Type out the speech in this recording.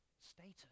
status